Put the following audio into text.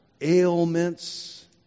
ailments